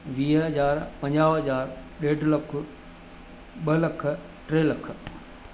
वीह हज़ार पंजाहु हज़ारु ॾेढ लख ॿ लख टे लख